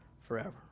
forever